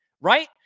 right